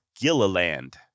Gilliland